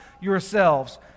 yourselves